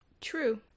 True